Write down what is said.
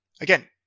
again